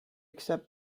except